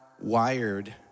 wired